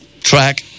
track